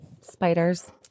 Spiders